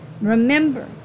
Remember